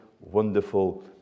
wonderful